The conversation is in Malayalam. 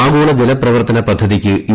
ആഗോള ജലപ്രവർത്തന പദ്ധതിക്ക് യു